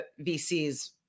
VCs